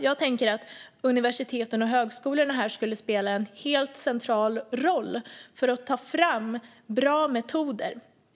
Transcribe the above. Jag tänker att universiteten och högskolorna här skulle kunna spela en helt central roll för att ta fram bra metoder.